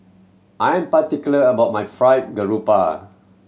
I am particular about my fried grouper